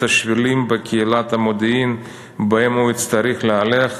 השבילים בקהיליית המודיעין בהם הוא יצטרך להלך,